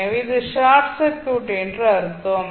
எனவே இது short circuit என்று அர்த்தம்